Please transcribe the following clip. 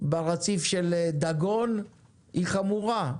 ברציף של דגון היא חמורה.